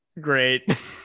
great